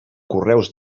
correus